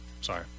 Sorry